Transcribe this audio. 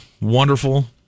wonderful